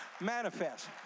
manifest